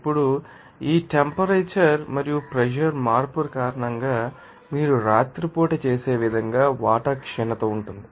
ఇప్పుడు ఈ టెంపరేచర్ మరియు ప్రెషర్ మార్పు కారణంగా మీరు రాత్రిపూట చేసే విధంగా వాటర్ క్షీణత ఉంది